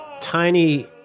Tiny